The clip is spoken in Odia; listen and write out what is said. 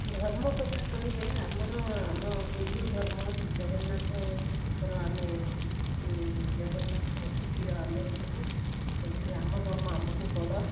ଧର୍ମକଥା କହିଲେ ଆମର ଆମ ହିନ୍ଦୁଧର୍ମ ଜଗନ୍ନାଥଙ୍କର ଆମେ ଉଁ ଜଗନ୍ନାଥଙ୍କ ପ୍ରିୟ ଆମେ ସବୁ ତେଣୁକରି ଆମ ଧର୍ମ ଆମକୁ ବଡ଼